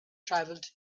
travelled